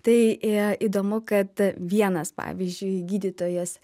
tai įdomu kad vienas pavyzdžiui gydytojas